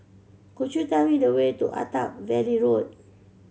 could you tell me the way to Attap Valley Road